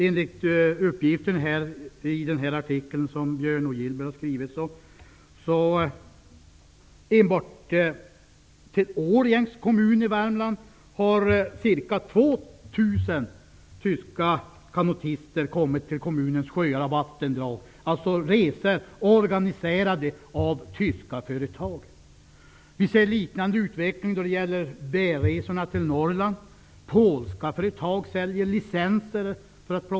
Enligt uppgifter i den här artikeln som Björn O. Gillberg har skrivit har enbart i Årjängs kommun i Värmland ca 2 000 tyska kanotister kommit till kommunens sjöar och vattendrag. Det är resor organiserade av tyska företag. Vi ser liknande utveckling då det gäller bärresorna till Norrland.